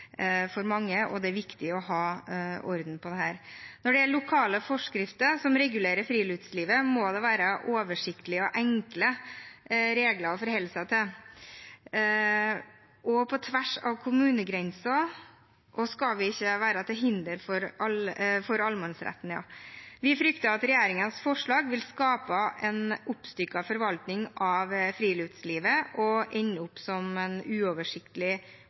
for mange, og det er viktig å ha orden på dette. Når det gjelder lokale forskrifter som regulerer friluftslivet, må det være oversiktlige og enkle regler å forholde seg til, på tvers av kommunegrenser, og de skal ikke være til hinder for allemannsretten. Vi frykter at regjeringens forslag vil skape en oppstykket forvaltning av friluftslivet og ende opp som en uoversiktlig